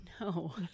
no